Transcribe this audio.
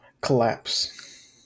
Collapse